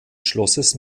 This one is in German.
schlosses